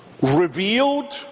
revealed